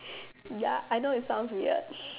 ya I know it sounds weird